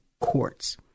courts